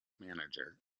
manager